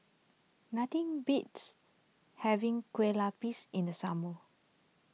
nothing beats having Kueh Lupis in the summer